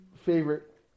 favorite